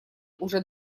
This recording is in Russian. уже